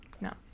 No